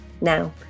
Now